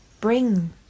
bring